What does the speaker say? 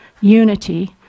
unity